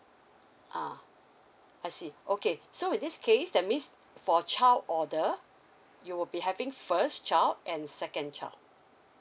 ah I see okay so with this case that means for child order you will be having first child and second child